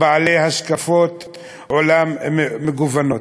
בעלי השקפות עולם מגוונות.